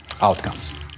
outcomes